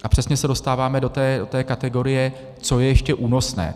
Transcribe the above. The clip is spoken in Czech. A přesně se dostáváme do kategorie, co je ještě únosné.